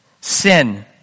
Sin